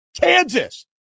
Kansas